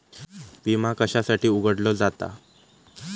विमा कशासाठी उघडलो जाता?